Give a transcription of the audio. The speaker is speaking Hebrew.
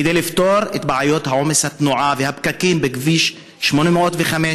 כדי לפתור את בעיות עומס התנועה והפקקים בכביש 805,